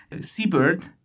seabird